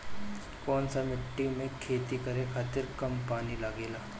कौन सा मिट्टी में खेती करे खातिर कम पानी लागेला?